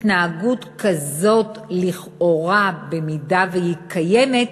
התנהגות כזאת, לכאורה, במידה שהיא קיימת,